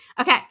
Okay